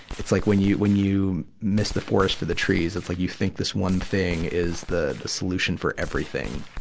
it's like when you, when you miss the forest for the trees. it's like you think this one thing is the the solution for everything.